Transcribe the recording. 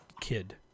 kid